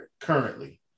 currently